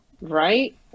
right